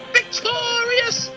victorious